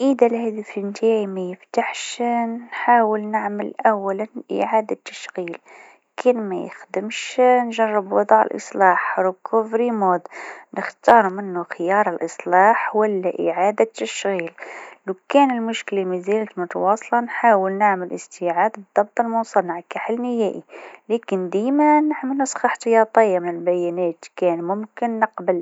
إذا ما نجمش نفتح الهاتف، أول حاجة نجرب نضغط على زر التشغيل مع زر الصوت لمدة 10 ثواني لحتى يعيد تشغيل الجهاز. إذا ما زال ما يفتحش، نتأكد من شحن البطارية أو نجرب شاحن مختلف. إذا المشكلة ما زالت، نحتاج نذهب لمركز صيانة للتحقق من الجهاز.